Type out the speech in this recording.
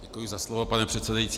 Děkuji za slovo, pane předsedající.